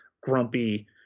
grumpy